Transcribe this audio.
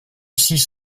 six